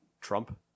Trump